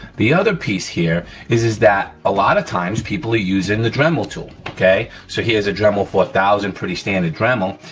the other piece here is is that a lotta times people are using the dremel tool okay. so here's a dremel four thousand, pretty standard dremel,